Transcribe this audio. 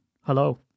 Hello